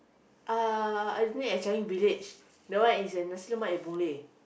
uh I didn't eat at Changi-Village that one is at nasi-lemak at Boon-Lay